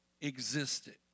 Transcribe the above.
existed